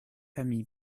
famille